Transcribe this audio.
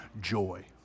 joy